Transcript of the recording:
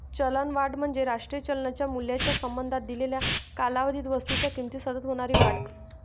चलनवाढ म्हणजे राष्ट्रीय चलनाच्या मूल्याच्या संबंधात दिलेल्या कालावधीत वस्तूंच्या किमतीत सतत होणारी वाढ